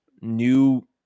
new